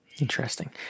Interesting